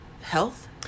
health